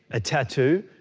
a tattoo,